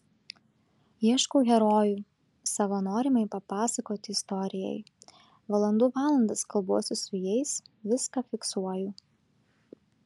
ieškau herojų savo norimai papasakoti istorijai valandų valandas kalbuosi su jais viską fiksuoju